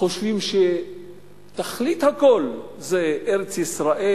חושבים שתכלית הכול זה ארץ-ישראל,